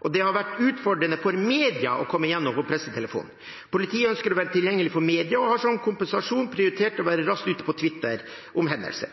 og at det har vært utfordrende for media å komme gjennom på pressetelefonen. Politiet ønsker å være tilgjengelig for media og har som kompensasjon prioritert å være raskt ute på Twitter om hendelser.